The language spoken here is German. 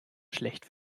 schlecht